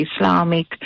Islamic